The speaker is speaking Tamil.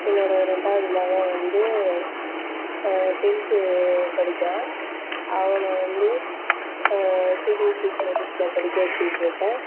என்னோடய ரெண்டாவது மகன் வந்து டென்த்து படிக்கிறான் அவனை வந்து சிபிஎஸ்சி சிலபஸில் படிக்க வெச்சுகிட்ருக்கேன்